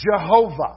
Jehovah